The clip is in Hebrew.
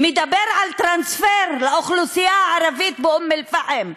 מדבר על טרנספר לאוכלוסייה הערבית באום אלפחם.